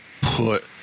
put